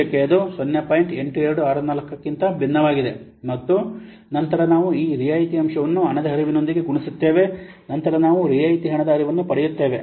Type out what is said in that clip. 8264 ಗಿಂತ ಭಿನ್ನವಾಗಿದೆ ಮತ್ತು ನಂತರ ನಾವು ಈ ರಿಯಾಯಿತಿ ಅಂಶವನ್ನು ಹಣದ ಹರಿವಿನೊಂದಿಗೆ ಗುಣಿಸುತ್ತೇವೆ ನಂತರ ನಾವು ರಿಯಾಯಿತಿ ಹಣದ ಹರಿವನ್ನು ಪಡೆಯುತ್ತೇವೆ